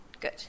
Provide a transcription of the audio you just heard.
Good